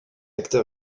acteur